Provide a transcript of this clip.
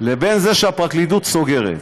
לבין זה שהפרקליטות סוגרת.